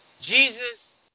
Jesus